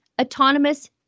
autonomous